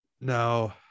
No